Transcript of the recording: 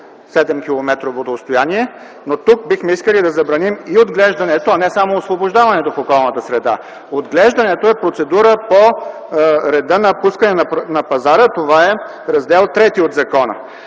отстояние. Но тук бихме искали да забраним и отглеждането, а не само освобождаването в околната среда. Отглеждането е процедура по реда на пускане на пазара. Това е Раздел ІІІ от закона.